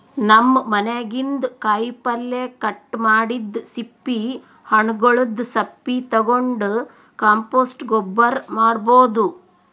ನಮ್ ಮನ್ಯಾಗಿನ್ದ್ ಕಾಯಿಪಲ್ಯ ಕಟ್ ಮಾಡಿದ್ದ್ ಸಿಪ್ಪಿ ಹಣ್ಣ್ಗೊಲ್ದ್ ಸಪ್ಪಿ ತಗೊಂಡ್ ಕಾಂಪೋಸ್ಟ್ ಗೊಬ್ಬರ್ ಮಾಡ್ಭೌದು